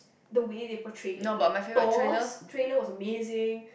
the way they portray it like Thor's trailer was amazing